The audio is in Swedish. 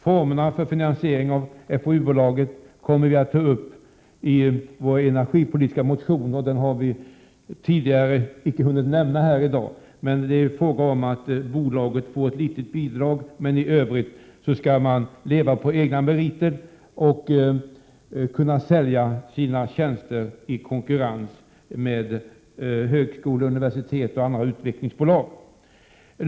Formerna för finansiering av fou-bolaget kommer vi att ta uppi vår energipolitiska motion. Den har vi icke hunnit nämna tidigare i dag. Fou-bolaget skall få ett litet bidrag men i övrigt leva på egna meriter och kunna sälja tjänster i konkurrens med högskolor och universitet samt andra utvecklingsbolag.